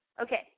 okay